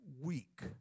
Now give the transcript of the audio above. weak